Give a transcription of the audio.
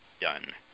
done